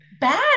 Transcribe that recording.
bad